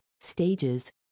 stages